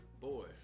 Boy